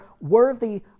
worthy